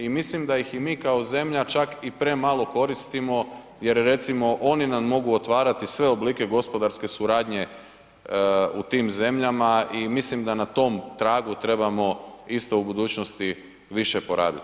I mislim da ih mi kao zemlja čak i premalo koristimo jer recimo oni nam mogu otvarati sve oblike gospodarske suradnje u tim zemljama i mislim da na tom tragu trebamo isto u budućnosti više poraditi.